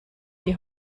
die